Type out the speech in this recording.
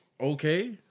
Okay